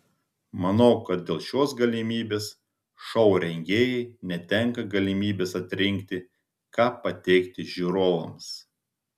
manau kad dėl šios galimybės šou rengėjai netenka galimybės atrinkti ką pateikti žiūrovams